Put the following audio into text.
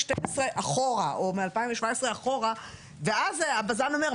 אחורה או מ- 2017 אחורה ואז הבזן אומר,